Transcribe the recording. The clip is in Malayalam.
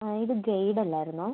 ഇത് ഗൈഡ് അല്ലായിരുന്നോ